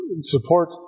support